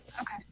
Okay